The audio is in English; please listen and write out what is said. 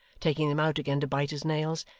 taking them out again to bite his nails,